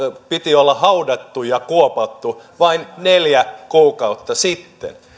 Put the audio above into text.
piti olla haudattu ja kuopattu vain neljä kuukautta sitten